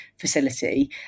facility